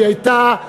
שהייתה,